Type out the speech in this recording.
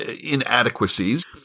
inadequacies